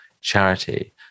charity